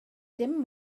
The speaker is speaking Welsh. dim